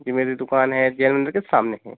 जी मेरी दुक़ान है जैन मन्दिर के सामने है